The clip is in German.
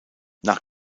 nach